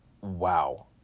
wow